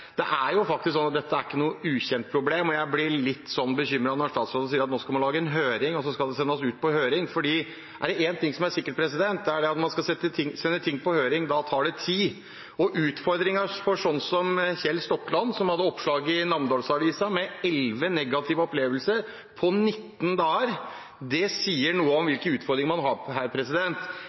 er jo faktisk ikke et ukjent problem. Jeg blir litt bekymret når statsråden sier at man nå skal lage en høring, og så skal det sendes ut på høring, for er det én ting som er sikkert, er det at når en skal sende ting på høring, tar det tid. Og det er en utfordring for sånne som Kjell Stokland, som det var et oppslag om i Namdalsavisa, med 11 negative opplevelser på 19 dager. Det sier noe om hvilke utfordringer man har her.